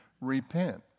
Repent